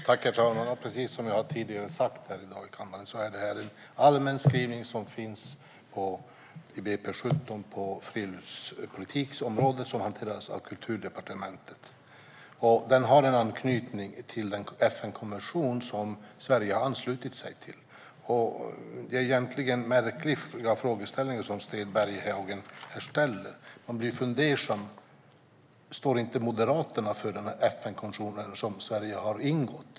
Herr talman! Precis som jag har sagt tidigare i dag här i kammaren är detta en allmän skrivning som finns i budgetpropositionen för 2017 angående friluftslivspolitiken, som hanteras av Kulturdepartementet. Skrivningen har en anknytning till en FN-konvention som Sverige har anslutit sig till. Det är egentligen en märklig frågeställning från Sten Bergheden. Man blir fundersam. Står inte Moderaterna för den här FN-konventionen, som Sverige har antagit?